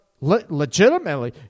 legitimately